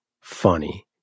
funny